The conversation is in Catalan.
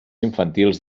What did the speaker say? infantils